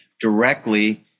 directly